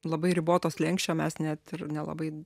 labai riboto slenksčio mes net ir nelabai